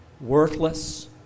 worthless